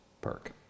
perk